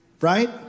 right